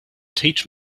teach